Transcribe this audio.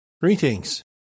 Greetings